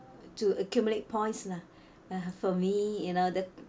to accumulate points lah uh for me you know the